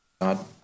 God